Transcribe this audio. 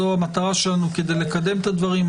זאת המטרה שלנו כדי לקדם את הדברים.